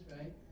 right